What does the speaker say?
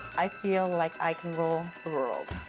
i feel like i can rule the world.